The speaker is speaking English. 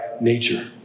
nature